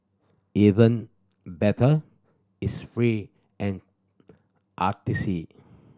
even better it's free and artsy